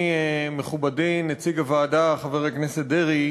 מכובדי נציג הוועדה חבר הכנסת דרעי,